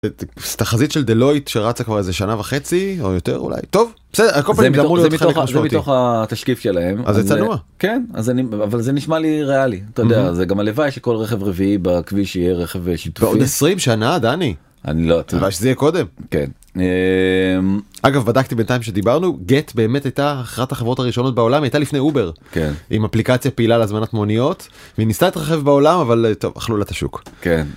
תחזית של דלויט שרצה כבר איזה שנה וחצי או יותר אולי טוב, זה מתוך התשקיף שלהם אבל זה נשמע לי ריאלי אתה יודע זה גם הלוואי שכל רכב רביעי בכביש יהיה רכב שיתופי עוד 20 שנה דני. הלוואי שזה יהיה קודם כן אגב בדקתי בינתיים שדיברנו גט באמת הייתה אחת החברות הראשונות בעולם הייתה לפני אובר עם אפליקציה פעילה להזמנת מוניות, והיא ניסתה להתרחב בעולם אבל טוב אכלו לה את השוק.